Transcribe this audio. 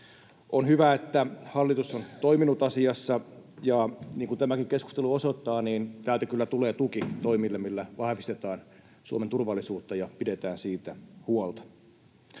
On hyvä, että hallitus on toiminut asiassa, ja niin kuin tämäkin keskustelu osoittaa, niin täältä kyllä tulee tuki toimille, millä vahvistetaan Suomen turvallisuutta ja pidetään siitä huolta.